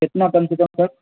کتنا کم سے کم تک